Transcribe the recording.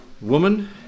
woman